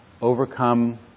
overcome